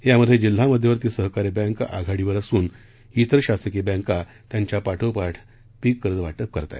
यामध्ये जिल्हा मध्यवर्ती सहकारी बँक आघाडीवर असून तेर शासकीय बँका त्यांच्या पाठोपाठ पीककर्ज वाटप करत आहेत